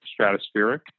stratospheric